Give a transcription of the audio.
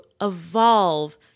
evolve